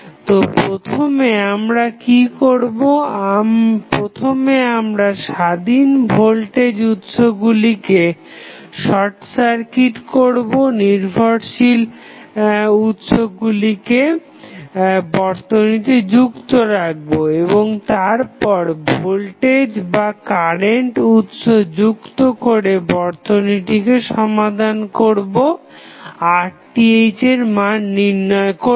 তো প্রথমে আমরা কি করবো প্রথমে আমরা স্বাধীন ভোল্টেজ উৎসগুলিকে শর্ট সার্কিট করবো নির্ভরশীল উৎসগুলিকে বর্তনীতে যুক্ত রাখবো এবং তারপর ভোল্টেজ বা কারেন্ট উৎস যুক্ত করে বর্তনীটিকে সমাধান করবো RTh এর মান নির্ণয় করতে